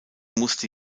musste